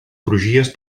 crugies